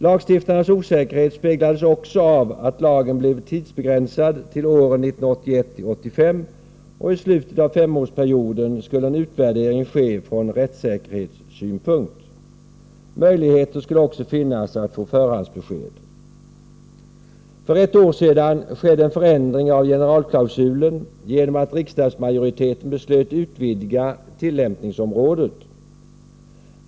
Lagstiftarnas osäkerhet speglades också av att lagen blev tidsbegränsad till åren 1981-1985, och i slutet av femårsperioden skulle en utvärdering ske ur rättssäkerhetssynpunkt. Möjlighet skulle också finnas att få förhandsbesked. För ett år sedan skedde en förändring av generalklausulen genom att riksdagsmajoriteten beslöt utvidga tillämpningsområdet.